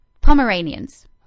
Pomeranians